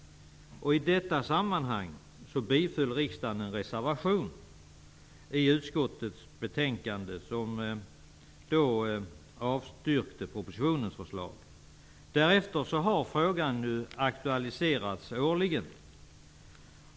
I det sammanhanget biföll riksdagen en reservation i utskottets betänkande där propositionens förslag avstyrktes. Därefter har frågan årligen aktualiserats.